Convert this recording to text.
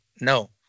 no